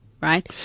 right